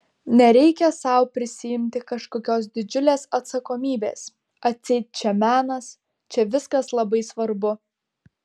nereikia sau prisiimti kažkokios didžiulės atsakomybės atseit čia menas čia viskas labai svarbu